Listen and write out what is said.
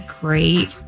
great